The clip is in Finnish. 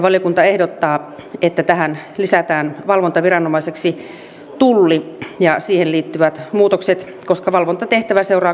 valiokunta ehdottaa että tähän lisätään valvontaviranomaiseksi tulli ja siihen liittyvät muutokset koska valvontatehtävä seuraa komission deaktivointiehdotuksesta